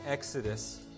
Exodus